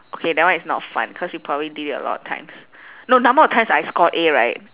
okay that one is not fun cause you probably did it a lot of times no number of times I scored A right